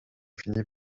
finit